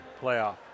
playoff